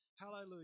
Hallelujah